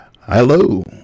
Hello